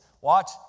watch